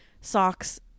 socks